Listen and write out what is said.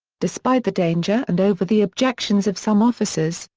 despite the danger and over the objections of some officers,